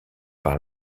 par